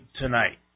tonight